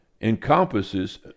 encompasses